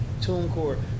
TuneCore